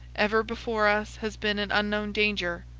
ever before us has been an unknown danger,